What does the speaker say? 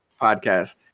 podcast